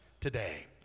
today